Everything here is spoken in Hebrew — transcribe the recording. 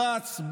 רץ,